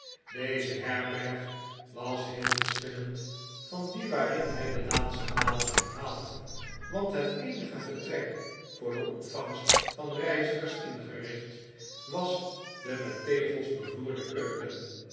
deze herberg was heel verschillend van die waarin hij de laatste maal was onthaald want het eenige vertrek voor de ontvangst van reizigers ingericht was de met tegels bevloerde keuken